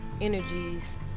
energies